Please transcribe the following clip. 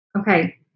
Okay